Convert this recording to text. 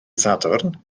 sadwrn